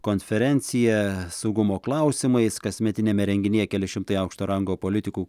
konferencija saugumo klausimais kasmetiniame renginyje keli šimtai aukšto rango politikų